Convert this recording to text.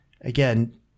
again